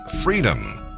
freedom